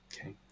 Okay